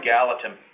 Gallatin